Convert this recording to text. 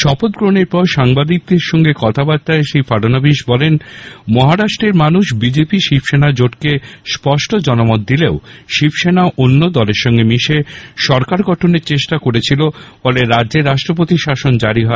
শপথগ্রহনের পর সাংবাদিকদের সঙ্গে কথাবার্তায় শ্রী ফাডনবিস বলেন মহারাষ্ট্রের মানুষ বিজেপি শিবসেনা জোটকে স্পষ্ট জনমত দিলেও শিবসেনা অন্য দলের সঙ্গে মিশে সরকার গঠনের চেষ্টা করেছিল ফলে রাজ্যে রাষ্ট্রপতি শাসন জারি হয়